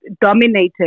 dominated